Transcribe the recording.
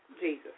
Jesus